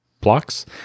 blocks